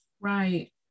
Right